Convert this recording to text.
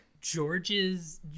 George's